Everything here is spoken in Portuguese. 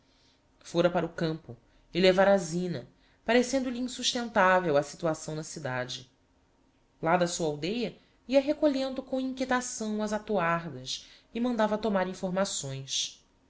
fôra para o campo e levára a zina parecendo-lhe insustentavel a situação na cidade lá da sua aldeia ia recolhendo com inquietação as atoardas e mandava tomar informações